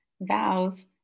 vows